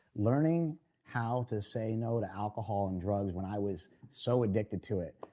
learning how to say no to alcohol and drugs when i was so addicted to it,